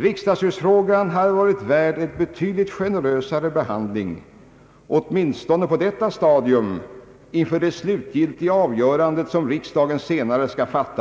Riksdagshusfrågan hade varit värd en betydligt generösare behandling — åtminstone på detta stadium — inför riksdagens slutgiltiga avgörande